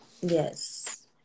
Yes